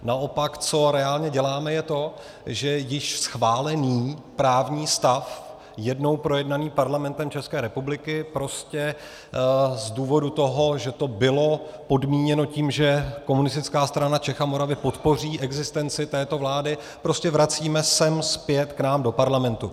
Naopak, co reálně děláme, je to, že již schválený právní stav jednou projednaný Parlamentem České republiky prostě z důvodu toho, že to bylo podmíněno tím, že Komunistická strana Čech a Moravy podpoří existenci této vlády, prostě vracíme sem zpět k nám do Parlamentu.